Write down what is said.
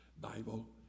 Bible